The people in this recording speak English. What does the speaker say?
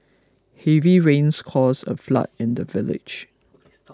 heavy rains caused a flood in the village